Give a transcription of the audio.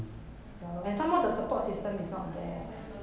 ya lor and some more the support system is not there